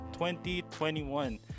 2021